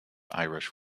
irish